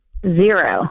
Zero